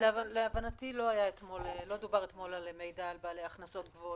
להבנתי לא דובר אתמול על מידע על בעלי הכנסות גבוהות,